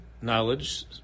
knowledge